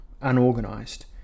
unorganized